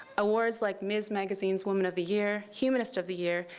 awards like ms. magazine's woman of the year, humanist of the year,